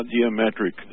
Geometric